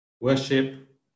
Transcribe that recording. worship